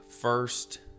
first